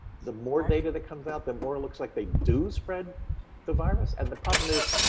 the more data that comes out, the more it looks like they do spread the virus and the problem is,